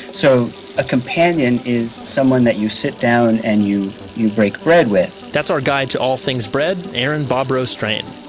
so a companion is someone that you sit down and you you break bread with that's our guide to all things bread, aaron bobrow-strain.